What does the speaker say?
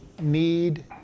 need